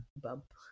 bump